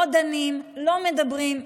לא דנים, לא מדברים.